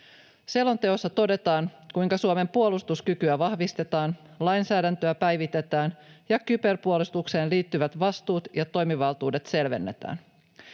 Selonteossa todetaan, kuinka Suomen puolustuskykyä vahvistetaan, lainsäädäntöä päivitetään ja kyberpuolustukseen liittyvät vastuut ja toimivaltuudet selvennetään.